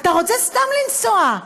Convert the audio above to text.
אתה רוצה סתם לנסוע,